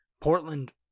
Portland